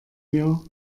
mir